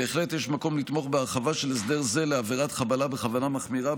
בהחלט יש מקום לתמוך בהרחבה של הסדר זה לעבירת חבלה בכוונה מחמירה,